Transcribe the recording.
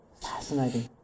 Fascinating